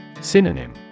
Synonym